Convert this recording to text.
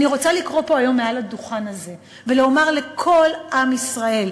אני רוצה לקרוא פה היום מעל הדוכן הזה ולומר לכל עם ישראל,